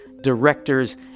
directors